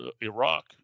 Iraq